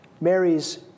Mary's